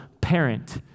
parent